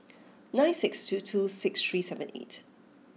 nine six two two six three seven eight